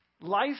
Life